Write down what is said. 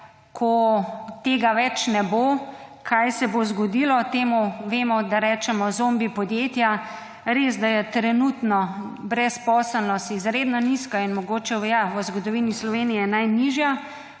ko tega več ne bo, kaj se bo zgodilo. Temu vemo, da rečemo zombi podjetja, res da je trenutno brezposelnost izredno nizka in mogoče, ja, v zgodovini Slovenije najnižja,